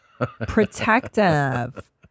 Protective